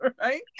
right